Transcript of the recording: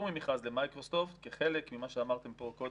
בפטור ממכרז למייקרוסופט כחלק ממה שאמרתם פה קודם,